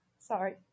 sorry